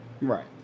Right